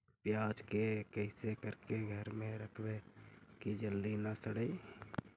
प्याज के कैसे करके घर में रखबै कि जल्दी न सड़ै?